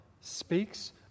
Speaks